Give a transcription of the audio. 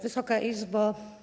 Wysoka Izbo!